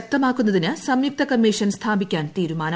ശക്തമാക്കുന്നതിന് സ്ംയുക്ത കമ്മീഷൻ സ്ഥാപിക്കാൻ തീരുമാനം